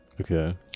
Okay